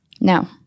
No